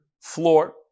floor